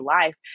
life